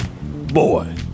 Boy